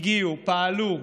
הגיעו, פעלו?